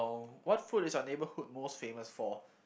what food is your neighborhood most famous for